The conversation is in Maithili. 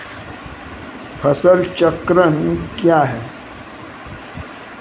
फसल चक्रण कया हैं?